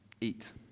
eat